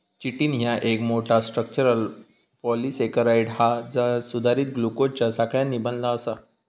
chitin ह्या एक मोठा, स्ट्रक्चरल पॉलिसेकेराइड हा जा सुधारित ग्लुकोजच्या साखळ्यांनी बनला आसा